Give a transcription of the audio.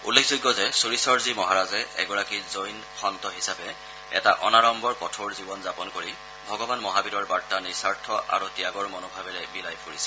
উল্লেখযোগ্য যে চুৰীশ্বৰজী মহাৰাজে এগৰাকী জৈন সন্ত হিচাপে এটা অনাড্ম্বৰ কঠোৰ জীৱন যাপন কৰি ভগৱান মহাবীৰৰ বাৰ্তা নিস্বাৰ্থ আৰু ত্যাগৰ মনোভাৱেৰে বিলাই ফুৰিছিল